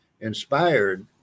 inspired